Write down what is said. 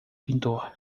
pintor